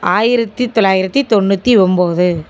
ஆயிரத்து தொள்ளாயிரத்தி தொண்ணூற்றி ஒம்பது